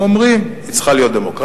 הם אומרים: היא צריכה להיות דמוקרטית,